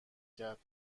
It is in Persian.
کرد